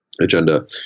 agenda